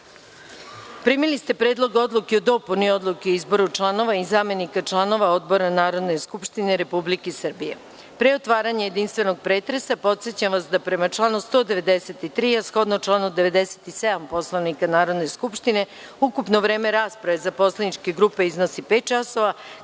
ste Predlog odluke o dopuni Odluke o izboru članova i zamenika članova odbora Narodne skupštine Republike Srbije. Pre otvaranja jedinstvenog pretresa, podsećam vas da, prema članu 193, a shodno članu 97. Poslovnika Narodne skupštine, ukupno vreme rasprave za poslaničke grupe iznosi pet časova,